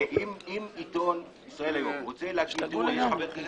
אם עיתון ישראל היום רוצה לומר שיש חבר כנסת